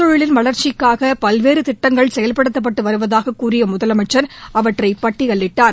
தொழிலின் வளா்ச்சிக்காக பல்வேறு திட்டங்கள் செயல்படுத்தப்பட்டு வருவதாகக் கூறிய பட்டுத் முதலமைச்சர் அவற்றை பட்டியலிட்டார்